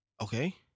Okay